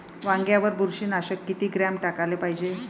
वांग्यावर बुरशी नाशक किती ग्राम टाकाले पायजे?